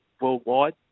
worldwide